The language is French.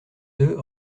deux